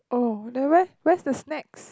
oh then where where's the snacks